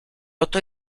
oto